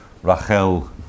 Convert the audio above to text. rachel